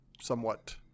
somewhat